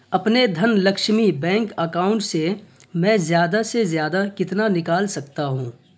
اپنے Dhan Lakshmi bank account سے میں زیادہ سے زیادہ کتنا نکال سکتا ہوں